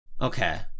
Okay